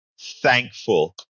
thankful